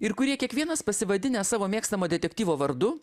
ir kurie kiekvienas pasivadinęs savo mėgstamo detektyvo vardu